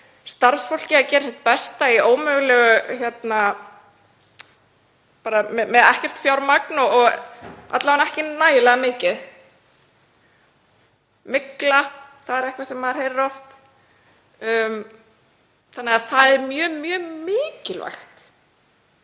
starfsfólkið að gera sitt besta í ómögulegri stöðu, með ekkert fjármagn eða alla vega ekki nægilega mikið. Mygla, það er eitthvað sem maður heyrir oft. Það er mjög mikilvægt